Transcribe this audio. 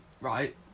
right